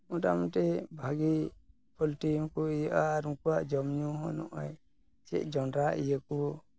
ᱢᱳᱴᱟᱢᱩᱴᱤ ᱵᱷᱟᱜᱮ ᱯᱳᱞᱴᱤ ᱠᱚ ᱦᱩᱭᱩᱜᱼᱟ ᱟᱨ ᱩᱱᱠᱩᱣᱟᱜ ᱡᱚᱢᱼᱧᱩ ᱦᱚᱸ ᱱᱚᱜᱼᱚᱸᱭ ᱪᱮᱫ ᱡᱚᱸᱰᱨᱟ ᱤᱭᱟᱹ ᱠᱚ